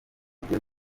kujya